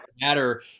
matter